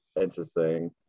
interesting